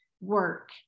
work